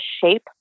shape